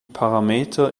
parameter